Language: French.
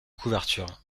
couverture